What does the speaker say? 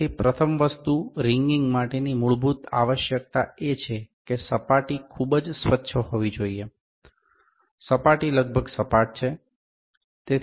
તેથી પ્રથમ એક વસ્તુ રીંગિંગ માટેની મૂળભૂત આવશ્યકતા એ છે કે સપાટી ખૂબ જ સ્વચ્છ હોવી જોઈએ સપાટી લગભગ સપાટ છે